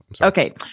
Okay